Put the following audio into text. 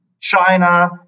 China